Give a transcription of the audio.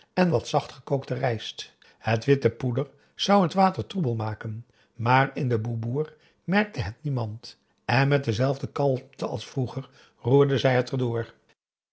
en wat zacht gekookte rijst het witte poeder zou het water troebel maken maar in de boeboer merkte het niemand en met dezelfde kalmte als vroeger roerde zij het